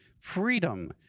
Freedom